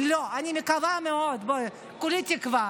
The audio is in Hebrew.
לא, אני מקווה מאוד, כולי תקווה.